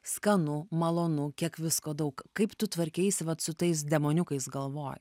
skanu malonu kiek visko daug kaip tu tvarkeisi vat su tais demoniukais galvoj